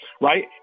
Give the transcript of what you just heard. right